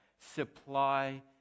supply